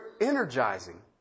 energizing